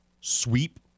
sweep